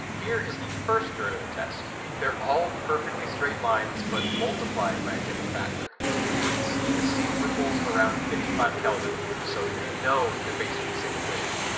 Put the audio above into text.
here is the first derivative test they're all perfectly straight lines but multiplied by a different factor. you can even see the same ripples around fifty five kelvin so you know they're based on the same equation.